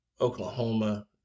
oklahoma